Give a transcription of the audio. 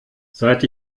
seit